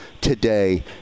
today